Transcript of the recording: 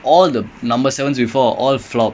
dude he's already he's already the